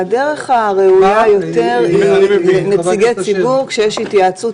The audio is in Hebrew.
הדרך הראויה יותר היא נציגי ציבור כשיש התייעצות